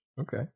okay